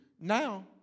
Now